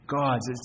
gods